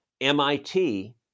MIT